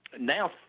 now